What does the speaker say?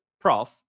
prof